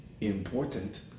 important